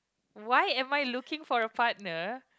why am I looking for a partner